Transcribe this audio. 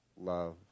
love